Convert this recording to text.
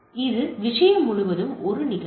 எனவே இது விஷயம் முழுவதும் ஒரு நிகழ்வு